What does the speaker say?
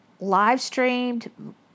live-streamed